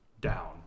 down